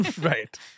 Right